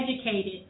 educated